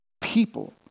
people